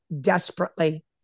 desperately